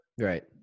right